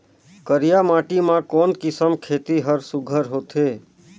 करिया माटी मा कोन किसम खेती हर सुघ्घर होथे?